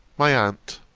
my aunt,